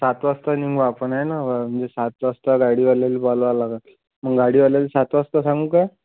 सात वाजता निघू आपण आहे ना मग म्हणजे सात वाजता गाडीवाल्याला बोलवावं लागेल मग गाडीवाल्याला सात वाजता सांगू का